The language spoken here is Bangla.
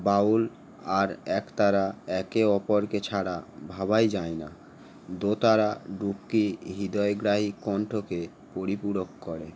বাউল আর একতারা একে অপরকে ছাড়া ভাবাই যায় না দোতারা ডুক্কি হৃদয়গ্রাহী কণ্ঠকে পরিপূরক করে